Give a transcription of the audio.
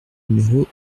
numéro